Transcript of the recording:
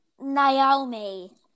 naomi